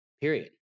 period